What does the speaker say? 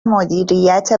مدیریت